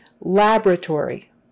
Laboratory